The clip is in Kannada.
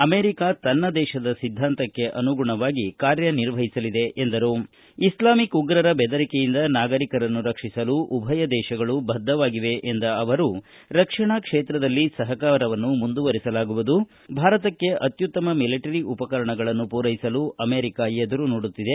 ಅಮೆರಿಕ ತನ್ನ ದೇಶದ ಸಿದ್ದಾಂತಕ್ಕೆ ಅನುಗುಣವಾಗಿ ಕಾರ್ಯನಿರ್ವಹಿಸಲಿದೆ ಎಂದರು ಇಸ್ಲಾಮಿಕ್ ಉಗ್ರರ ಬೆದರಿಕೆಯಿಂದ ನಾಗರಿಕನ್ನು ರಕ್ಷಿಸಲು ಉಭಯ ದೇಶಗಳು ಬದ್ದವಾಗಿವೆ ಎಂದ ಅವರು ರಕ್ಷಣಾ ಕ್ಷೇತ್ರದಲ್ಲಿ ಸಹಾರವನ್ನು ಮುಂದುವರೆಸಲಾಗುವುದು ಭಾರತಕ್ಷೆ ಅತ್ಯುತ್ತಮ ಮಿಲಿಟರಿ ಉಪಕರಣಗಳನ್ನು ಪೂರೈಸಲು ಅಮೆರಿಕ ಎದುರು ನೋಡುತ್ತಿದೆ